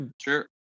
Sure